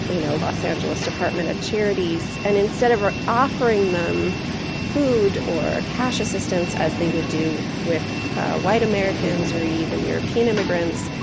you know, los angeles department of charities. and instead of offering them food or cash assistance, as they would do with white americans or even european immigrants,